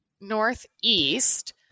northeast